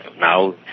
Now